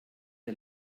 der